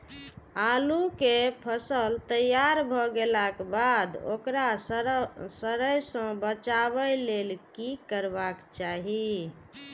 आलू केय फसल तैयार भ गेला के बाद ओकरा सड़य सं बचावय लेल की करबाक चाहि?